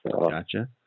Gotcha